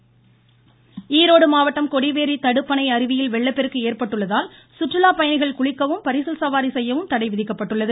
ஈரோடு கொடிவேறி தடுப்பணை மாவட்டம் கொடிவேறி தடுப்பணை அருவியில் வெள்ளப்பெருக்கு ரோடு ஏற்பட்டுள்ளதால் சுற்றுலாப் பயணிகள் குளிக்கவும் பரிசல் சவாரி செய்யவும் தடை விதிக்கப்பட்டுள்ளது